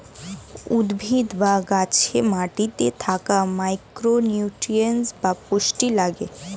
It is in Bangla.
উদ্ভিদ বা গাছে মাটিতে থাকা মাইক্রো নিউট্রিয়েন্টস বা পুষ্টি লাগে